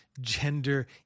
gender